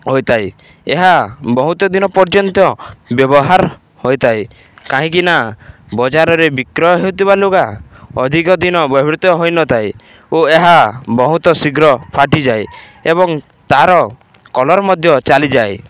ହୋଇଥାଏ ଏହା ବହୁତ ଦିନ ପର୍ଯ୍ୟନ୍ତ ବ୍ୟବହାର ହୋଇଥାଏ କାହିଁକିନା ବଜାରରେ ବିକ୍ରୟ ହେଉଥିବା ଲୁଗା ଅଧିକ ଦିନ ବ୍ୟବହୃତ ହୋଇନଥାଏ ଓ ଏହା ବହୁତ ଶୀଘ୍ର ଫାଟିଯାଏ ଏବଂ ତା'ର କଲର୍ ମଧ୍ୟ ଚାଲିଯାଏ